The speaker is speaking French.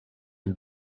une